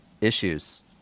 issues